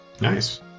Nice